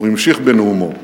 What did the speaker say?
הוא המשיך בנאומו.